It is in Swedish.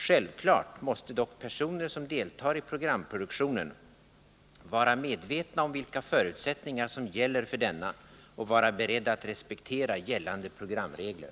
Självklart måste dock personer som deltar i programproduktionen vara medvetna om vilka förutsättningar som gäller för denna och vara beredda att respektera gällande programregler.